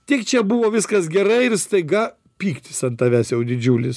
tik čia buvo viskas gerai ir staiga pyktis ant tavęs jau didžiulis